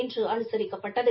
இன்று அனுசரிக்கப்பட்டது